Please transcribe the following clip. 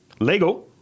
Lego